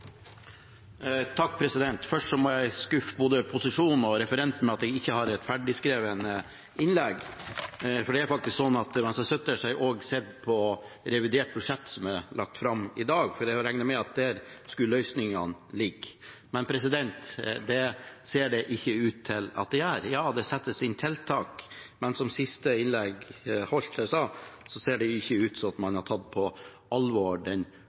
Først må jeg skuffe både posisjonen og referenten med at jeg ikke har et ferdig skrevet innlegg, for det er faktisk sånn at mens jeg har sittet her, har jeg også sett på revidert budsjett, som er lagt fram i dag, for jeg regnet med at der skulle løsningene ligge. Men det ser det ikke ut til at de gjør. Ja, det settes inn tiltak, men som innlegget holdt i stad ga uttrykk for, ser det ikke ut til at man har tatt på alvor den